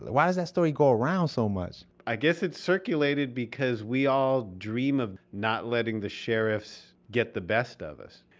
why does that story go around so much? i guess it circulated because we all dream of not letting the sheriffs get the best of us.